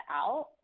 out